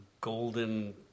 golden